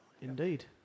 indeed